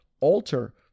alter